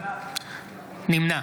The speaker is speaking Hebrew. נמנע